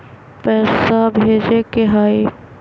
पैसा भेजे के हाइ?